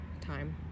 time